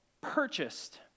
purchased